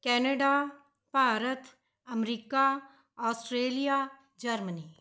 Canada Bharat America Australia Germany